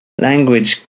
language